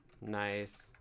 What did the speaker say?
Nice